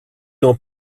n’en